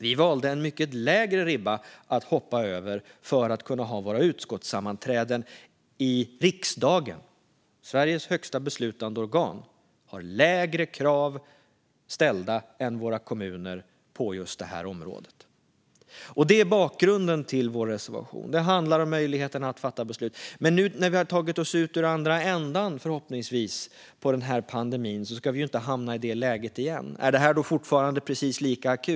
Vi har valt en mycket lägre ribba att hoppa över för att vi ska kunna ha våra utskottssammanträden i riksdagen. Sveriges högsta beslutande organ har lägre krav än våra kommuner på just detta område. Det är bakgrunden till vår reservation. Det handlar om möjligheten att fatta beslut. Nu när vi förhoppningsvis har tagit oss ut ur den här pandemin ska vi ju inte hamna i det läget igen. Är detta då fortfarande lika akut?